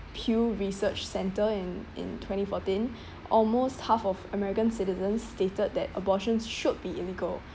pew research center in in twenty fourteen almost half of american citizens stated that abortion should be illegal